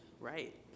Right